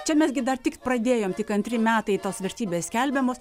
čia mes gi dar tik pradėjom tik antri metai tos vertybės skelbiamos